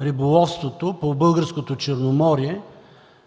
риболовството по българското Черноморие,